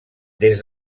des